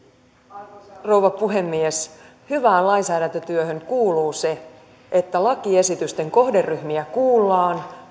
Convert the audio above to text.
arvoisa rouva puhemies hyvään lainsäädäntötyöhön kuuluu se että lakiesitysten kohderyhmiä kuullaan